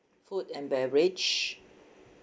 food and beverage